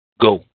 Go